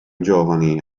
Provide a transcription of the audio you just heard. giovani